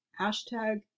hashtag